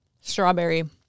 strawberry